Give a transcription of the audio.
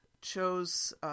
chose